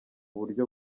buryo